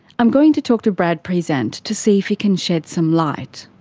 i'm going to talk to brad prezant to see if he can shed some light.